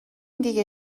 دیگه